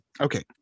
Okay